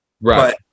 Right